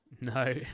No